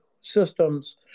systems